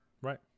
right